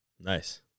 Nice